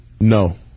No